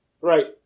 Right